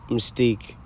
Mystique